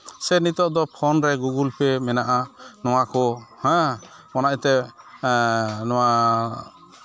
ᱥᱮ ᱱᱤᱛᱚᱜ ᱫᱚ ᱯᱷᱚᱱ ᱨᱮ ᱜᱩᱜᱩᱞ ᱯᱮ ᱢᱮᱱᱟᱜᱼᱟ ᱱᱚᱣᱟ ᱠᱚ ᱦᱮᱸ ᱚᱱᱟᱛᱮ ᱱᱚᱣᱟ